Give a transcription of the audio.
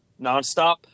nonstop